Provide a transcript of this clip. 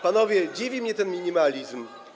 Panowie, dziwi mnie ten minimalizm.